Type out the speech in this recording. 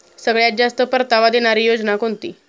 सगळ्यात जास्त परतावा देणारी योजना कोणती?